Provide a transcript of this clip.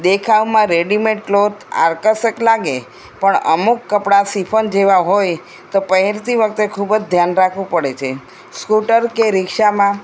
દેખાવમાં readymade cloth આકર્ષક લાગે પણ અમુક કપડાં સિફોન જેવા હોય તો પહેરતી વખતે ખૂબ જ ધ્યાન રાખવું પડે છે સ્કૂટર કે રિક્ષામાં